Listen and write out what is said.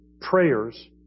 prayers